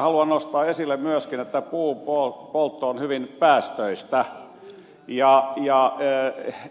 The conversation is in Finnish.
haluan nostaa esille myöskin että puun poltto on hyvin päästöistä ja